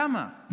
למה?